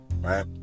right